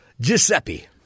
Giuseppe